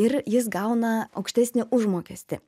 ir jis gauna aukštesnį užmokestį